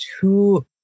two